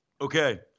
Okay